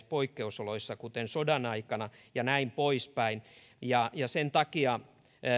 poikkeusoloissa kuten sodan aikana ja näin poispäin sen takia